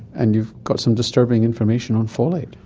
and you've got some disturbing information on folate.